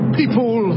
people